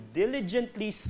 diligently